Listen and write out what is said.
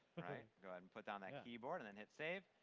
go ahead and put down the key board and and hit save.